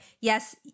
yes